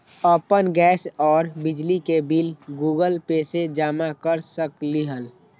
अपन गैस और बिजली के बिल गूगल पे से जमा कर सकलीहल?